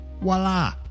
Voila